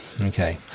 Okay